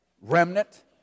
remnant